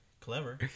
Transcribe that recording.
Clever